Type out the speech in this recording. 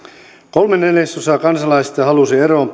kolme neljäsosaa kansalaisista halusi eroon